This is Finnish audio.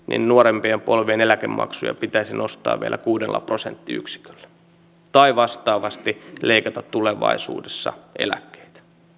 nuorempien polvien eläkemaksuja pitäisi nostaa vielä kuudella prosenttiyksiköllä tai vastaavasti leikata tulevaisuudessa eläkkeitä